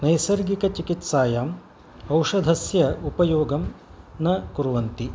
नैसर्गिकचिकित्सायाम् औषधस्य उपयोगं न कुर्वन्ति